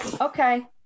Okay